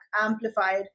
amplified